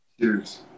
Cheers